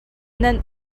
nan